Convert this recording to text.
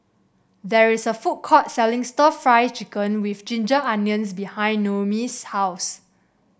there is a food court selling stir Fry Chicken with Ginger Onions behind Noemi's house